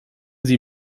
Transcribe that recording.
sie